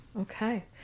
Okay